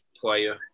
player